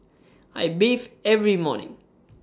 I bathe every morning